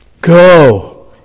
Go